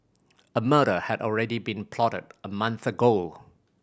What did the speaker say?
a murder had already been plotted a month ago